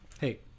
Hey